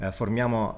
formiamo